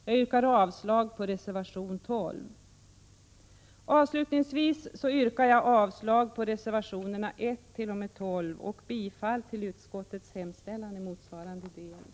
Jag yrkar avslag på reservation 12. Avslutningsvis yrkar jag än en gång avslag på reservationerna 1—12 och bifall till utskottets hemställan i motsvarande delar.